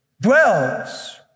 dwells